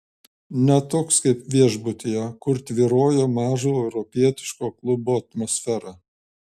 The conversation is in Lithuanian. ne toks kaip viešbutyje kur tvyrojo mažo europietiško klubo atmosfera